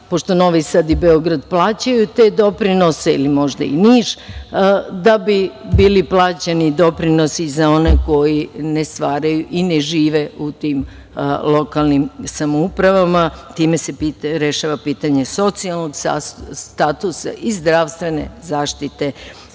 pošto Novi Sad i Beograd, plaćaju te doprinose, možda i Niš, da bi bili plaćeni doprinosi za one koji ne stvaraju i ne žive u tim lokalnim samoupravama, time se rešava pitanje socijalnog statusa iz zdravstvene zaštite